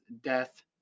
death